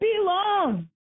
belong